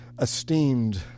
esteemed